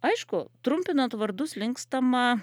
aišku trumpinant vardus linkstama